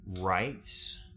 rights